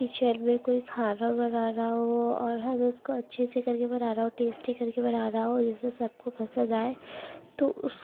kitchen میں کوئی کھانا بنانا ہو اور ہمیں اس کو اچھے سے کر کے بنانا ہو ٹیسٹی کر کے بنانا ہو اس میں سب کو پسند آئے تو اس